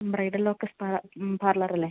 bridal locus spa പാർലറല്ലേ